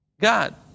God